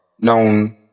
known